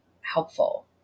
helpful